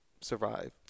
survive